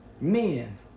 men